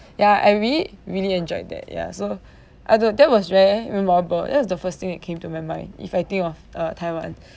ya I really really enjoyed that ya so I ju~ that was very memorable ya it's the first thing that came to my mind if I think of uh taiwan